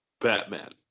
Batman